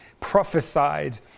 prophesied